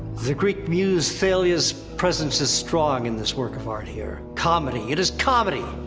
the greek muse, thalia's presence is strong in this work of art, here. comedy, it is comedy.